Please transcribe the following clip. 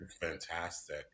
fantastic